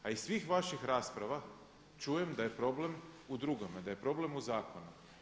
A iz svih vaših rasprava čujem da je problem u drugome, da je problem u zakonu.